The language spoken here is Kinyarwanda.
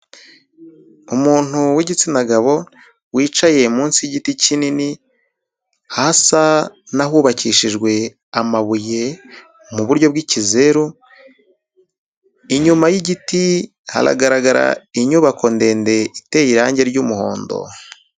Umuntu w'igitsina gabo wicaye munsi y'igiti kinini, hasa n'ahubakishijwe amabuye mu buryo bw'ikizeru, inyuma y'igiti haragaragara inyubako ndende iteye irange ry'umuhondo.